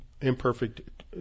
imperfect